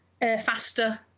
Faster